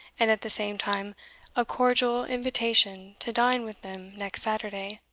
and at the same time a cordial invitation to dine with them next saturday,